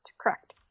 correct